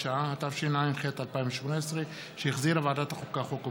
התשע"ח 2017, לא אושרה.